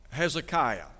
Hezekiah